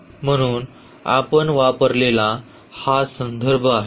म्हणूनच आपण वापरलेला हा संदर्भ आहे